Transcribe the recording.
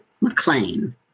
McLean